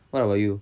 what about you